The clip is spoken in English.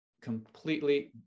completely